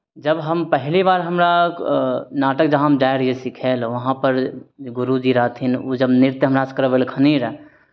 जब हम पहली बार हमरा नाटक जहाँ हम जाइ रहियै सिखय लए वहाँपर जे गुरुजी रहथिन ओ जब नृत्य हमरासँ करबेलखिन रहए